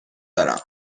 دارم